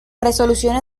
resoluciones